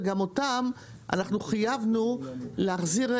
וגם אותם אנחנו חייבנו להחזיר,